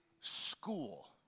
school